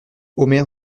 omer